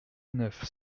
neuf